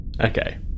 Okay